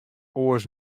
oars